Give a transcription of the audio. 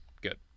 Good